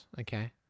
Okay